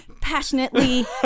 Passionately